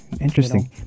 Interesting